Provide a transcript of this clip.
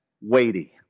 weighty